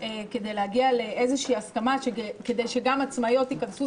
להגיע להסכמה כדי שגם עצמאיות ייכנסו.